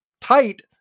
tight